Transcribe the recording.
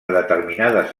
determinades